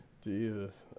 Jesus